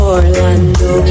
Orlando